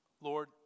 Lord